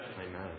Amen